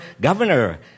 governor